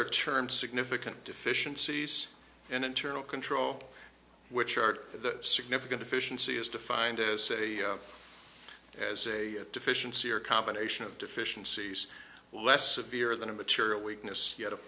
are termed significant deficiencies in internal control which are significant efficiency is defined as a as a deficiency or a combination of deficiencies less severe than a material weakness